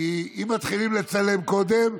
כי אם מתחילים לצלם קודם,